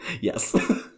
Yes